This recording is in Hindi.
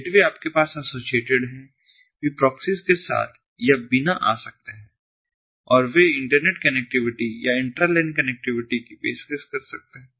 गेटवे आपके पास एसोसिएटेड है वे प्रोक्सीस के साथ या बिना आ सकते हैं और वे इंटरनेट कनेक्टिविटी या इंट्रा लैन कनेक्टिविटी की पेशकश कर सकते हैं